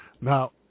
Now